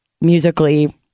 musically